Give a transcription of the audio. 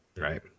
Right